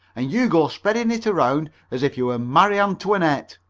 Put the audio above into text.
and you go spreading it around as if you were marie antoinette.